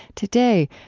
today,